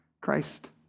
Christ